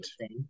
Right